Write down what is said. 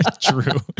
True